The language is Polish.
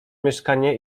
mieszkanie